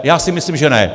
Já si myslím, že ne!